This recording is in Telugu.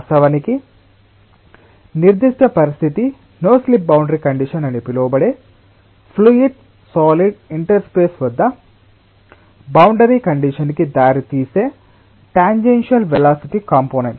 వాస్తవానికి నిర్దిష్ట పరిస్థితి నో స్లిప్ బౌండరీ కండిషన్ అని పిలువబడే ఫ్లూయిడ్ సాలిడ్ ఇంటర్ఫేస్ వద్ద బౌండరీ కండిషన్ కి దారితీసే టాంజెన్షియల్ వెలాసిటి కంపోనేంట్